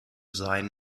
sein